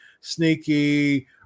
sneaky